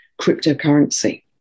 cryptocurrency